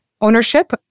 ownership